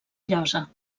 llosa